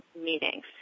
meetings